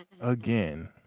again